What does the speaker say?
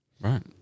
Right